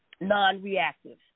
Non-reactive